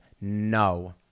no